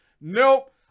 Nope